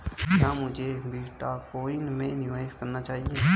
क्या मुझे बिटकॉइन में निवेश करना चाहिए?